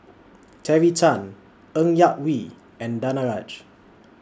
Terry Tan Ng Yak Whee and Danaraj